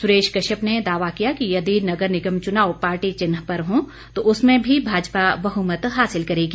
सुरेश कश्यप ने दावा किया कि यदि नगर निगम चुनाव पार्टी चिन्ह पर हो तो उसमें भी भाजपा बहुमत हासिल करेगी